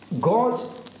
God's